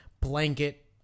blanket